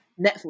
Netflix